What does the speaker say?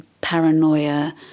paranoia